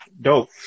dope